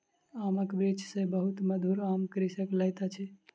आमक वृक्ष सॅ बहुत मधुर आम कृषक लैत अछि